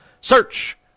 Search